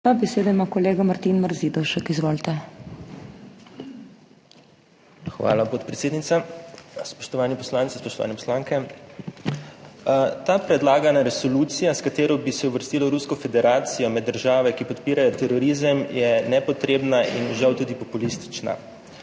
MARZIDOVŠEK (PS Svoboda):** Hvala, podpredsednica. Spoštovani poslanci, spoštovane poslanke. Ta predlagana resolucija, s katero bi se uvrstilo v Rusko federacijo med države, ki podpirajo terorizem, je nepotrebna in žal tudi populistična.